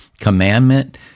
commandment